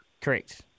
Correct